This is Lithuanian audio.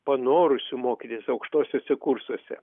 panorusių mokytis aukštuosiuose kursuose